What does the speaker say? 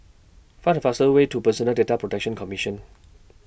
Find The fastest Way to Personal Data Protection Commission